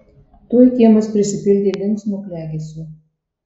tuoj kiemas prisipildė linksmo klegesio